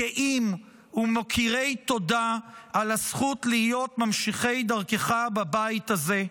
גאים ומוקירי תודה על הזכות להיות ממשיכי דרכך בבית הזה.